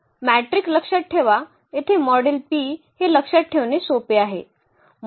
matric लक्षात ठेवा येथे मॉडेल P हे लक्षात ठेवणे सोपे आहे